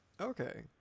Okay